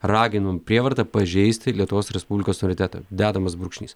raginom prievarta pažeisti lietuvos respublikos suritetą dedamas brūkšnys